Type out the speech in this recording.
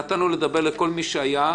ונתנו לדבר לכל מי שהיה פה.